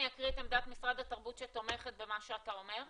אני אקריא את עמדת משרד התרבות שתומכת במה שאתה אומר.